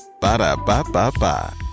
Ba-da-ba-ba-ba